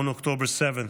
את יקיריהן על כבישי ישראל,